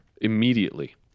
Immediately